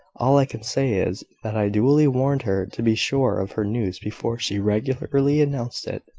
all i can say is, that i duly warned her to be sure of her news before she regularly announced it.